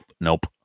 nope